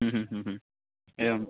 ह्म् ह्म् ह्म् ह्म् एवं